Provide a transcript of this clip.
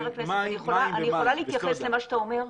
כבוד חה"כ אני יכולה להתייחס למה שאתה אומר?